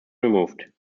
removed